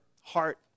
heart